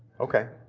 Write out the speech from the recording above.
okay.